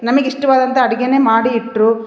ನಮಿಗೆ ಇಷ್ಟವಾದಂತ ಅಡಿಗೆನೆ ಮಾಡಿ ಇಟ್ಟರು